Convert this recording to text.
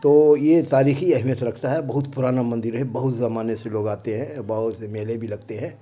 تو یہ تاریخی اہمیت رکھتا ہے بہت پرانا مندر ہے بہت زمانے سے لوگ آتے ہیں بہت سے میلے بھی لگتے ہیں